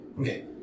Okay